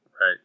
Right